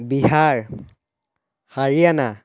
Bihar Haryana